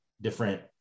different